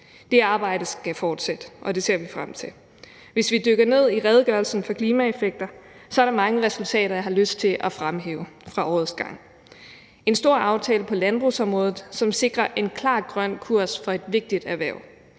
Det arbejde skal fortsætte, og det ser vi frem til. Der er i redegørelsen for klimaeffekter mange resultater, jeg har lyst til at fremhæve fra årets gang. Det drejer sig om en stor aftale på landbrugsområdet, som sikrer en klar grøn kurs for et vigtigt erhverv,